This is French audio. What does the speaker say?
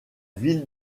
ville